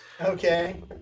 Okay